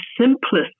simplest